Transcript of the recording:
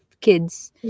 kids